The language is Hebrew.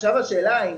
עכשיו השאלה אם